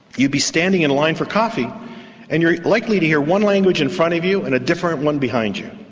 you'd be standing in line for coffee and you're likely to hear one language in front of you and a different one behind you.